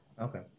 Okay